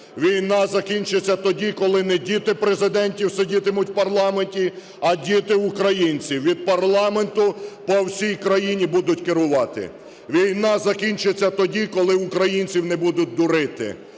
Війна закінчиться тоді, коли не діти президентів сидітимуть у парламенті, а діти українців від парламенту по всій країні будуть керувати. Війна закінчиться тоді, коли українців не будуть дурити.